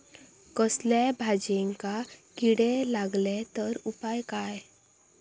कसल्याय भाजायेंका किडे लागले तर उपाय काय?